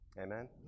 Amen